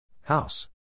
House